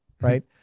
Right